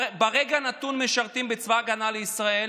ברגע נתון משרתים בצבא ההגנה לישראל.